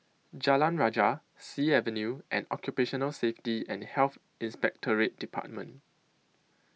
Jalan Rajah Sea Avenue and Occupational Safety and Health Inspectorate department